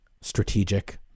strategic